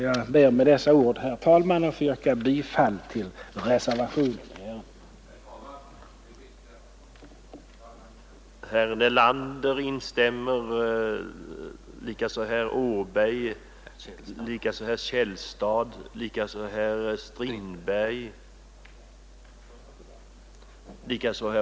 Jag ber med dessa ord, herr talman, få yrka bifall till reservationen under denna punkt.